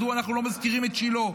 מדוע אנחנו לא מזכירים את שילה,